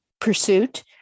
pursuit